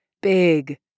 big